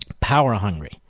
power-hungry